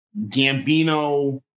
Gambino